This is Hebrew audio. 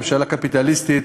ממשלה קפיטליסטית,